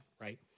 right